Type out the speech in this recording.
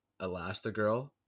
Elastigirl